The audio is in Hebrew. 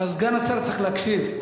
סגן השר צריך להקשיב.